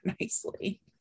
nicely